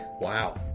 Wow